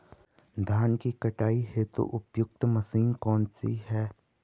धान की कटाई हेतु उपयुक्त मशीन कौनसी है?